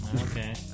Okay